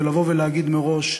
ולבוא ולהגיד מראש: